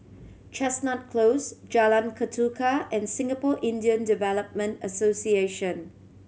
Chestnut Close Jalan Ketuka and Singapore Indian Development Association